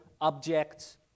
objects